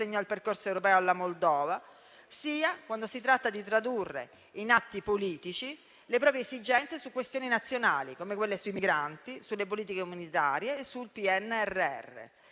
al percorso europeo della Moldova), sia quando si tratta di tradurre in atti politici le proprie esigenze su questioni nazionali, come quelle sui migranti, sulle politiche umanitarie e sul PNRR.